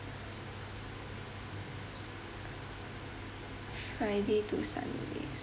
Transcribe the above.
friday to sunday